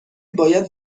باید